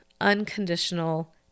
unconditional